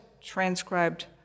transcribed